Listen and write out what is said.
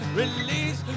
release